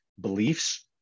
beliefs